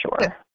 sure